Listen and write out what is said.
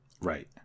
Right